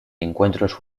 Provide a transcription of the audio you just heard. encuentros